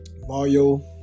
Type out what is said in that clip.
Mario